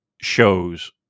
shows